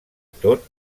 tot